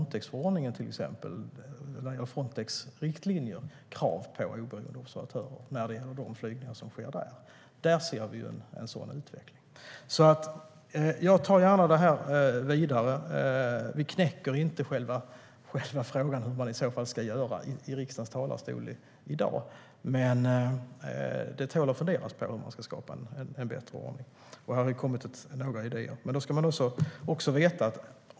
Till exempel har Frontex i sina riktlinjer krav på oberoende observatörer när det gäller de flygningar som sker där. Där ser vi en sådan utveckling. Jag tar gärna det här vidare. Vi knäcker inte i riksdagens talarstol i dag frågan om vad vi ska göra. Men det tål att funderas på hur man kan skapa en bättre ordning, och här har det kommit några idéer.